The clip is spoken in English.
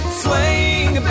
swaying